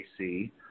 AC